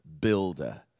builder